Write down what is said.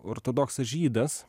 ortodoksas žydas